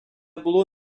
було